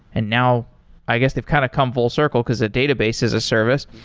and now i guess they've kind of come full circle, because ah database as a service.